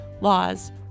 laws